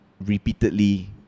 repeatedly